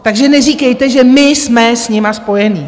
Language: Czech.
Takže neříkejte, že my jsme s nimi spojeni.